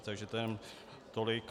Takže to jenom tolik.